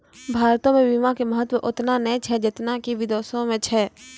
भारतो मे बीमा के महत्व ओतना नै छै जेतना कि विदेशो मे छै